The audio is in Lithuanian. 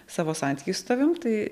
savo santykį su tavim tai